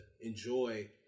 enjoy